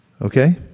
Okay